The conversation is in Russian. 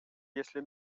если